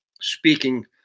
speaking